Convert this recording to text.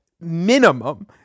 minimum